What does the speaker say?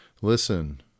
Listen